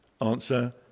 Answer